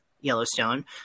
Yellowstone